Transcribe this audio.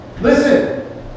Listen